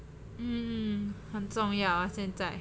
mm 很重要啊现在